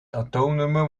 atoomnummer